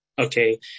Okay